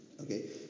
Okay